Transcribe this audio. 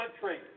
country